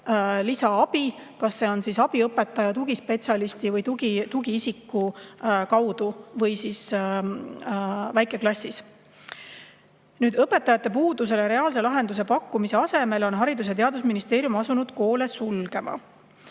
lisaabi, on see siis abiõpetaja, tugispetsialisti või tugitugiisiku näol või siis õpivad nad väikeklassis. Edasi: "Õpetajate puudusele reaalse lahenduse pakkumise asemel on Haridus- ja Teadusministeerium asunud koole sulgema."